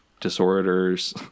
disorders